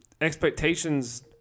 expectations